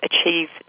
achieve